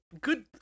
Good